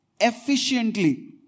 efficiently